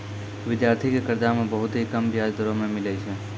विद्यार्थी के कर्जा मे बहुत ही कम बियाज दरों मे मिलै छै